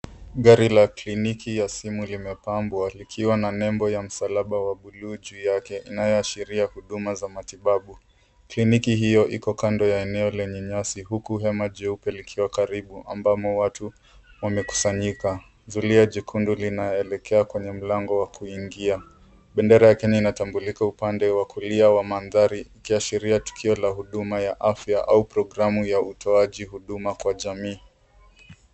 Gari la kliniki ya simu limepambwa likiwa na nembo ya msalaba wa buluu juu yake inayoashiria huduma za matibabu. Kliniki hio iko kando ya eneo lenye nyasi huku hema jeupe likiwa karibu ambamo watu wamekusanyika. Zulia jekundu linaelekea kwenye mlango wa kuingia. Bendera ya Kenya inatambulika upande wa kulia wa mandhari ikiashiria tukio la huduma ya afya au programu ya utoaji huduma kwa jamii.